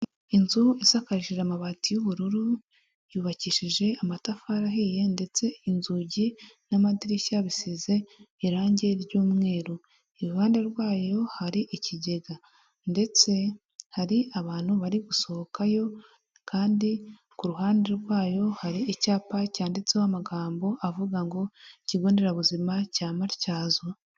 Inzu isakaje amabati y'ubururu, yubakishije amatafari ahiye, ndetse inzugi n'amadirishya bisize irangi ry'umweru, iruhande rwayo hari ikigega ndetse hari abantu bari gusohokayo, kandi ku ruhande rwayo, hari icyapa cyanditseho amagambo avuga ngo ikigo nderabuzima cya matyazo.